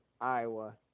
Iowa